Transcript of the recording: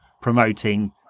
promoting